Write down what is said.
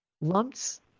lumps